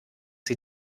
sie